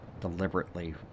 Deliberately